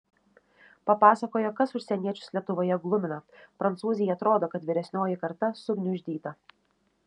papasakojo kas užsieniečius lietuvoje glumina prancūzei atrodo kad vyresnioji karta sugniuždyta